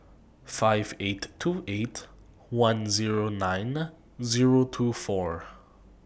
five eight two eight one Zero nine Zero two four